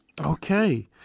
Okay